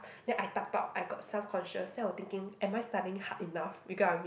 then I type out I got self conscious then I were thinking am I studying hard enough you get what I mean